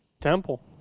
Temple